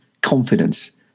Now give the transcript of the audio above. confidence